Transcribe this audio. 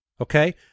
okay